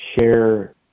share